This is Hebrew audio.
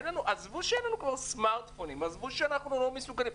עזבו שאין להם סמארטפונים, שהם לא מסוגלים,